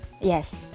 yes